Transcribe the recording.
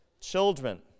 children